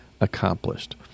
accomplished